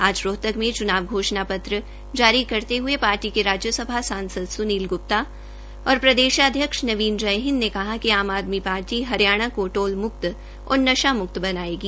आज रोहतक में चूनाव घोषणा पत्र जारी करते हये पार्टी के राज्यसभा सांसद स्नील ग्रप्ता और प्रदेशाध्यक्ष नवीन जयहिंद ने कहा कि आम आदमी पार्टी हरियाणा को टोल मुक्त और नशा मुक्त बनायेगी